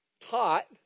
taught